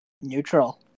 neutral